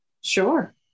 Sure